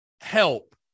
help